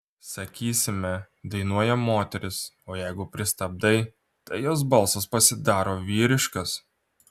sakysime dainuoja moteris o jeigu pristabdai tai jos balsas pasidaro vyriškas